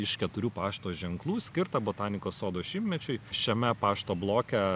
iš keturių pašto ženklų skirtą botanikos sodo šimtmečiui šiame pašto bloke